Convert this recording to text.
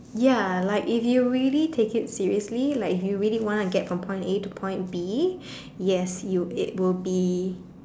ya like if you really take it seriously like if you really want to get from point a the point B yes you it will be